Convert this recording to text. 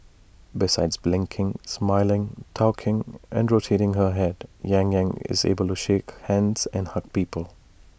besides blinking smiling talking and rotating her Head yang Yang is able shake hands and hug people